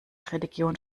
religion